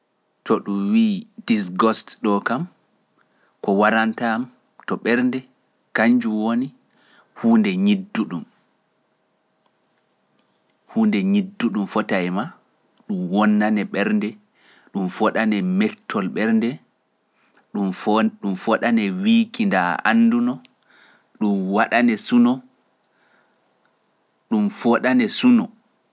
To ɗum wi’ dis ghost ɗo kam, ko waranta am to ɓernde, kañju woni huunde ñiddu ɗum. Huunde ñiddu ɗum fota e maa, ɗum wonnane ɓernde, ɗum foɗane mettol ɓernde, ɗum foɗane wiiki ndaa annduno, ɗum waɗane suno, ɗum foɗane suno.